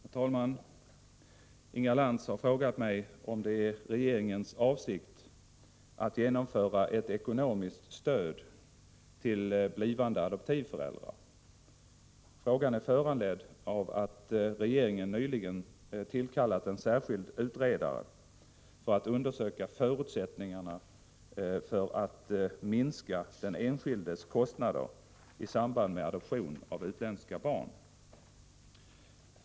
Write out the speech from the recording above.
Herr talman! Inga Lantz har frågat mig om det är regeringens avsikt att genomföra ett ekonomiskt stöd till blivande adoptivföräldrar. Frågan är föranledd av att regeringen nyligen tillkallat en särskild utredare för att undersöka förutsättningarna för att minska den enskildes kostnader i samband med adoption av utländska barn.